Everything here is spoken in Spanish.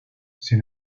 sin